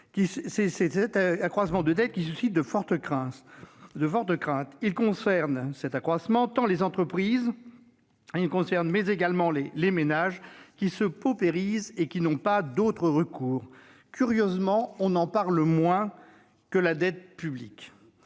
de ces dernières années qui suscite de fortes craintes. Il concerne les entreprises, mais également les ménages qui se paupérisent et qui n'ont pas d'autre recours. Curieusement, on en parle moins que de la dette publique.